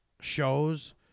shows